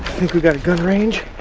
think we've got a gun range.